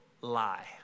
lie